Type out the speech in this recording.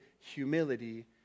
humility